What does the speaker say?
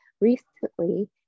recently